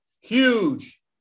Huge